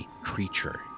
creature